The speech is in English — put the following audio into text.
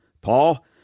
Paul